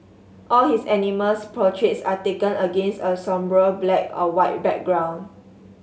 all his animals portraits are taken against a sombre black or white background